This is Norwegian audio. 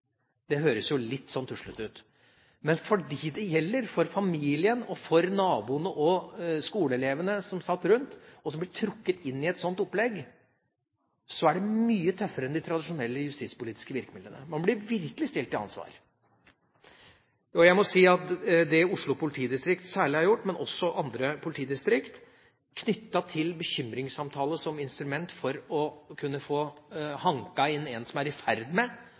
Det høres litt tuslete ut. Men for dem det gjelder, for familien og for naboene og skoleelevene som sitter rundt, og som blir trukket inn i et slikt opplegg, er det mye tøffere enn de tradisjonelle justispolitiske virkemidlene. Man blir virkelig stilt til ansvar. Særlig det Oslo politidistrikt har gjort, men også andre politidistrikt knyttet til bekymringssamtale som instrument for å få hanket inn en som er i ferd med